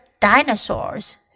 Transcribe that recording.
dinosaurs